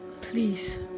Please